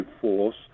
force